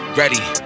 ready